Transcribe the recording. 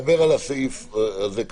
אין צורך